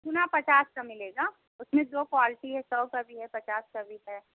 घुना पचास का मिलेगा उसमें दो क्वालटी है सौ का भी है पचास का भी है